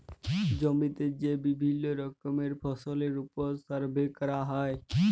জমিতে যে বিভিল্য রকমের ফসলের ওপর সার্ভে ক্যরা হ্যয়